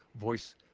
voice